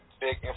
big